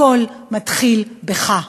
הכול מתחיל בך.